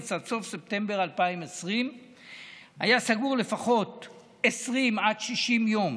ממרץ עד סוף ספטמבר 2020 והיה סגור לפחות 20 60 יום